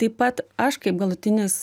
taip pat aš kaip galutinis